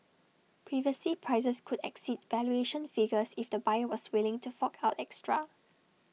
previously prices could exceed valuation figures if the buyer was willing to fork out extra